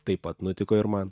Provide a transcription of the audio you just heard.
taip pat nutiko ir man